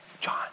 John